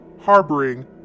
harboring